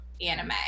anime